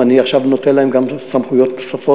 אני עכשיו גם נותן להם סמכויות נוספות,